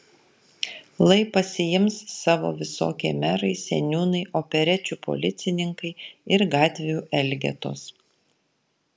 lai pasiims savo visokie merai seniūnai operečių policininkai ir gatvių elgetos